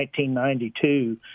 1992